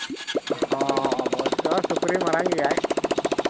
ᱦᱚᱸ ᱚᱵᱚᱥᱥᱳᱭ ᱥᱩᱠᱨᱤ ᱢᱟᱨᱟᱝ ᱜᱮᱭᱟᱭ